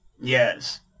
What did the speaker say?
Yes